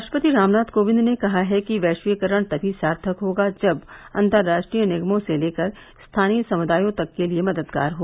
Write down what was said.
राष्ट्रपति रामनाथ कोविंद ने कहा है कि वैश्वीकरण तभी सार्थक होगा जब अंतर्राष्ट्रीय निगमों से लेकर स्थानीय समुदायों तक के लिए मददगार हो